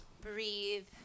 Breathe